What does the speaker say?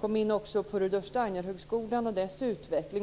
Han kom också in på Rudolf Steinerhögskolan och dess utveckling.